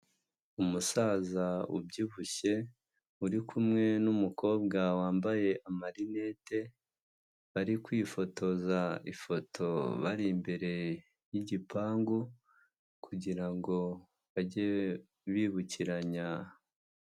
Umusaza ubyibushye uri kumwe n'umukobwa wambaye amarinete bari kwifotoza ifoto bari imbere y'igipangu kugira ngo bajye bibukiranya.